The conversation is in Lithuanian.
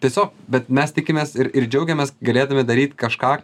tiesiog bet mes tikimės ir ir džiaugiamės galėdami daryt kažką